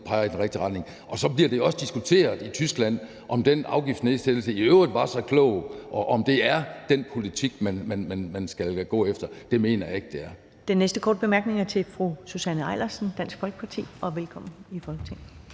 peger i den rigtige retning. Og så bliver det også diskuteret i Tyskland, om den afgiftsnedsættelse i øvrigt var så klog, og om det er den politik, man skal gå efter. Det mener jeg ikke det er. Kl. 13:11 Første næstformand (Karen Ellemann): Den næste korte bemærkninger er fra fru Susanne Eilersen, Dansk Folkeparti. Og velkommen i Folketinget.